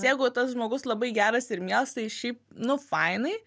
jeigu tas žmogus labai geras ir mielas tai šiaip nu fainai